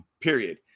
period